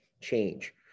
change